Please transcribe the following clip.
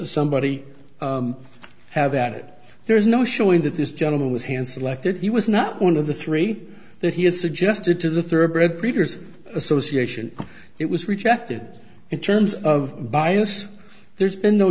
somebody have at it there's no showing that this gentleman was hand selected he was not one of the three that he had suggested to the third grade preachers association it was rejected in terms of bias there's been no